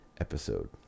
episode